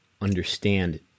understand